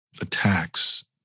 attacks